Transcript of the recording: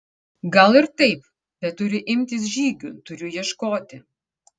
gal ir taip bet turiu imtis žygių turiu ieškoti